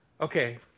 Okay